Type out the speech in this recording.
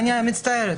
אני מצטערת.